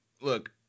look